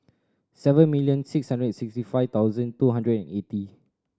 seven million six hundred and sixty five thousand two hundred and eighty